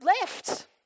left